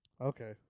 Okay